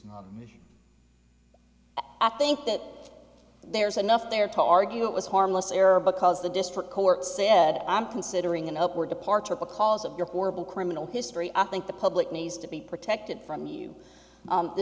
arts i think that there's enough there to argue it was harmless error because the district court said i'm considering an upward departure because of your horrible criminal history i think the public needs to be protected from you